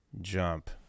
jump